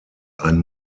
ein